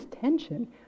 tension